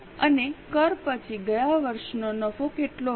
અને કર પછી ગયા વર્ષનો નફો કેટલો હતો